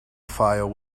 file